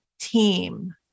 team